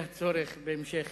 הצורך בהמשך